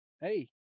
Hey